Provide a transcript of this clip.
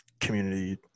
community